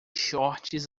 shorts